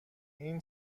این